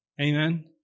Amen